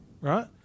right